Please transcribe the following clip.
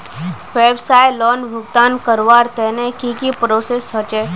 व्यवसाय लोन भुगतान करवार तने की की प्रोसेस होचे?